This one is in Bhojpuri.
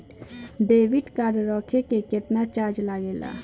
डेबिट कार्ड रखे के केतना चार्ज लगेला?